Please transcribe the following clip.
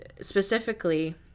specifically